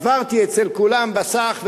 עברתי אצל כולם בסך,